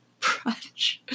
brunch